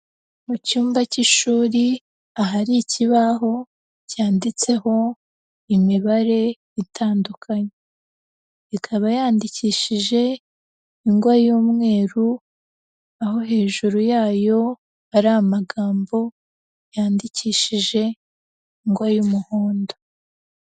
Mu cyumba k'ishuri ahari ikibaho cyanditseho imibare itandukanye. Ikaba yandikishije ingwa y'umweru, aho hejuru yayo hari amagambo yandikishije ingwa y'umuhondo.